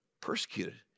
persecuted